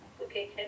Okay